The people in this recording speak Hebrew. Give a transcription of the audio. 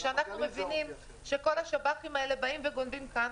אנחנו מבינים שכל השב"חים האלה באים וגונבים כאן,